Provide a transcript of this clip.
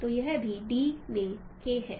तो यह भी d में K है